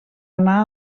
anar